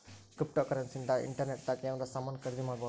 cryptocurrency ಇಂದ internet ದಾಗ ಎನಾರ ಸಾಮನ್ ಖರೀದಿ ಮಾಡ್ಬೊದು